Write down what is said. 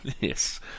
Yes